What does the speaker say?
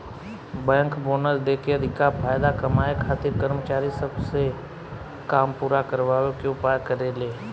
bank bonus देके अधिका फायदा कमाए खातिर कर्मचारी सब से काम पूरा करावे के उपाय करेले